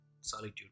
solitude